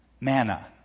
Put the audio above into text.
manna